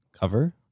cover